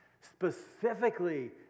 Specifically